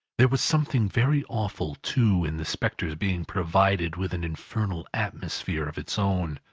there was something very awful, too, in the spectre's being provided with an infernal atmosphere of its own.